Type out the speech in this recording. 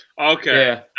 okay